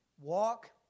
walk